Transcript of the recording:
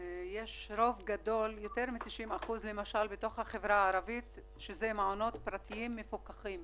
יותר מ90% מהמעונות בתוך החברה הערבית הם מעונות פרטיים מפוקחים.